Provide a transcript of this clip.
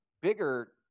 bigger